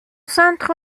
centre